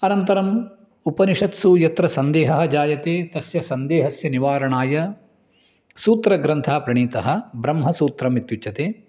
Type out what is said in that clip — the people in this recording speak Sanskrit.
अनन्तम् उपनिषत्सु यत्र सन्देहः जायते तस्य सन्देहस्य निवारणाय सूत्रग्रन्थः प्रणीतः ब्रह्मसूत्रम् इत्युच्यते